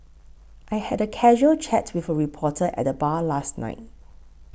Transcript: I had a casual chat with a reporter at the bar last night